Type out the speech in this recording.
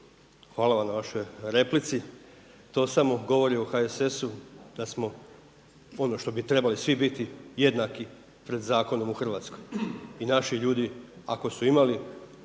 hvala vam na vašoj replici. To samo govori o HSS-u da smo ono što bi trebali svi biti jednaki pred zakonom u Hrvatskoj i naši ljudi ako su imali